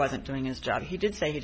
wasn't doing his job he did say